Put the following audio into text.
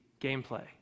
gameplay